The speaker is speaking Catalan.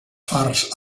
fars